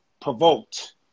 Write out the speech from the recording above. provoked